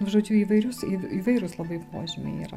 žodžiu įvairius įvairūs labai požymiai yra